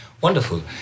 Wonderful